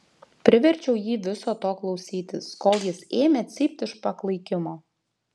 priverčiau jį viso to klausytis kol jis ėmė cypt iš paklaikimo